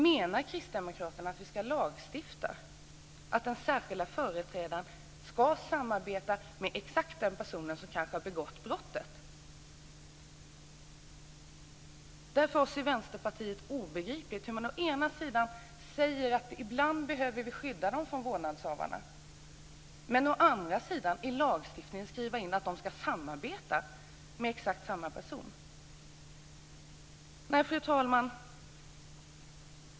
Menar Kristdemokraterna att vi ska lagstifta om att den särskilda företrädaren ska samarbeta med den person som har begått brottet? Det är för oss i Vänsterpartiet obegripligt att man å ena sidan säger att barnet ibland behöver skyddas från vårdnadshavaren och å andra sidan säger att det ska skrivas in i lagstiftningen att företrädaren ska samarbeta med vårdnadshavaren.